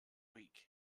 week